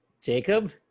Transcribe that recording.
Jacob